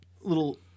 little